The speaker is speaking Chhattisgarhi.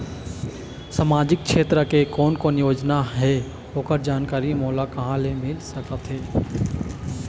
सामाजिक क्षेत्र के कोन कोन योजना हे ओकर जानकारी मोला कहा ले मिल सका थे?